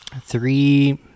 Three